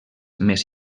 més